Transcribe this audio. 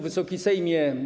Wysoki Sejmie!